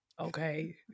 okay